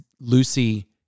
Lucy